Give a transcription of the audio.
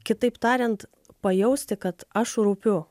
kitaip tariant pajausti kad aš rūpiu